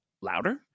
louder